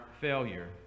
failure